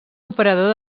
operador